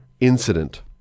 incident